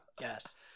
Yes